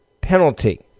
penalty